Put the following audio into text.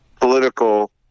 political